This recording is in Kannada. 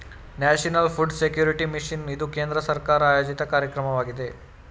ನ್ಯಾಷನಲ್ ಫುಡ್ ಸೆಕ್ಯೂರಿಟಿ ಮಿಷನ್ ಇದು ಕೇಂದ್ರ ಸರ್ಕಾರ ಆಯೋಜಿತ ಕಾರ್ಯಕ್ರಮವಾಗಿದೆ